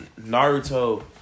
Naruto